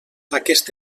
aquest